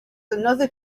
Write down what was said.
another